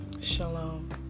Shalom